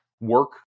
work